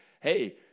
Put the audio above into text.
hey